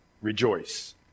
Rejoice